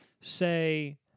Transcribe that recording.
say